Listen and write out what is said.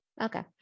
Okay